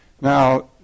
Now